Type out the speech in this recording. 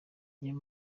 niyo